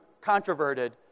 controverted